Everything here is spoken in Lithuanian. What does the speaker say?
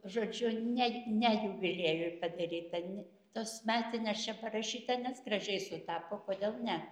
žodžiu net ne jubiliejui padaryta n tos metines čia parašyta nes gražiai sutapo kodėl ne